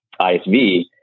ISV